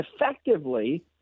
effectively